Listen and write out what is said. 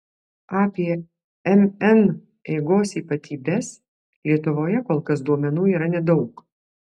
apie mn eigos ypatybes lietuvoje kol kas duomenų yra nedaug